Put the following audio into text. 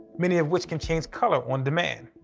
many of which can change color on demand.